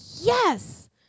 yes